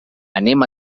anem